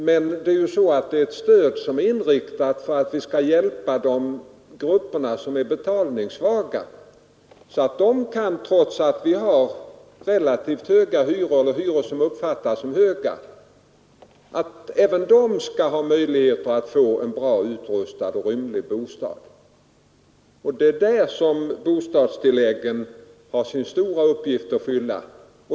Men det är ju ett stöd som är inriktat på att vi skall hjälpa de betalningssvaga grupperna, så att de trots att vi i dag har hyror som är eller uppfattas som relativt höga, kan få möjlighet till välutrustade och rymliga bostäder. Det är där som bostadstilläggen har stora uppgift att fylla.